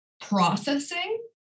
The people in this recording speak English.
processing